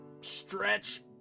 stretch